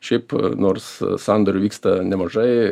šiaip nors sandorių vyksta nemažai